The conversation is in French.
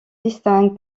distingue